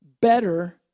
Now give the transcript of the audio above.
better